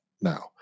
now